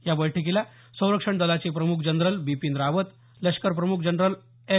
या बैठकीला संरक्षण दलाचे प्रम्ख जनरल बिपिन रावत लष्कर प्रम्ख जनरल एम